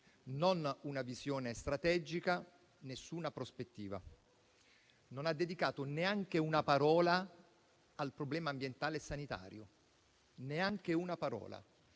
c'è una visione strategica e non c'è nessuna prospettiva. Non ha dedicato neanche una parola al problema ambientale e sanitario; ripeto, neanche una parola.